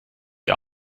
die